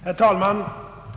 Herr talman!